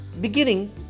beginning